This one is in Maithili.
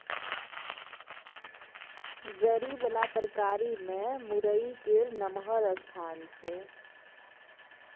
जरि बला तरकारी मे मूरइ केर नमहर स्थान छै